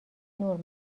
نور